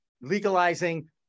legalizing